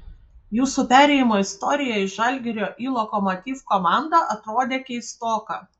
jūsų perėjimo istorija iš žalgirio į lokomotiv komandą atrodė keistoka